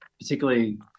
particularly